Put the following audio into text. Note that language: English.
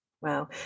Wow